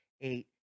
eight